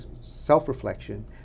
self-reflection